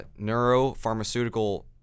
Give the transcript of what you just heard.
neuropharmaceutical